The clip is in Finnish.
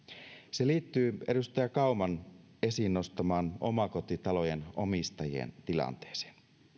se liittyy edustaja kauman esiin nostamaan omakotitalojen omistajien tilanteeseen